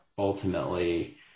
ultimately